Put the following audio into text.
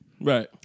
Right